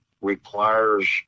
requires